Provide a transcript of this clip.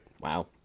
Wow